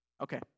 Okay